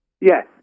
Yes